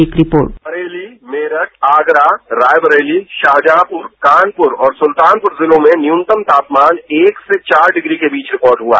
एक रिपोर्ट बरेली मेरठ आगरा रायबरेली शाहजहापुर कानपुर और सुलतानपुर जिलों में न्यूनतम तापमान एक से चार डिग्री के बीच रिकॉर्ड हुआ